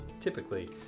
typically